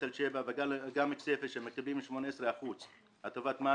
תל שבע וכסיפה שמקבלים 18 אחוזים הטבת מס